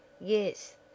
Yes